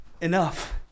enough